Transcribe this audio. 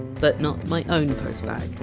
but not my own postbag.